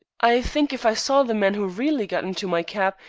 i think if i saw the man who really got into my keb,